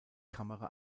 kamera